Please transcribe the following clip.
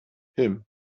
him